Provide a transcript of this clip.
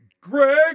Greg